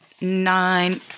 nine